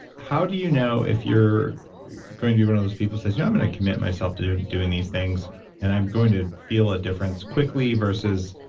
how do you know if you're going to be one of those people who says, yeah, i'm going to commit myself to doing doing these things and i'm going to feel a difference quickly, versus,